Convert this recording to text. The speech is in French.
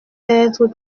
perdre